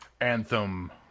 Anthem